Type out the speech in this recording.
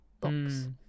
box